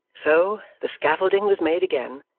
so, the scaffolding was made again,